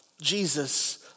Jesus